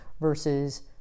versus